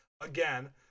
again